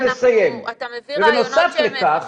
אתה מביא רעיונות חשובים,